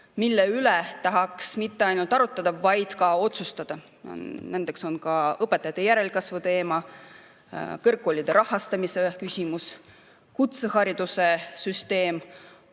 mille üle tahaks mitte ainult arutada, vaid mida ka otsustada. Nendeks on õpetajate järelkasvu teema, kõrgkoolide rahastamise küsimus, kutsehariduse süsteem,